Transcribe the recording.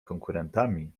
konkurentami